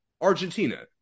Argentina